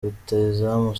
rutahizamu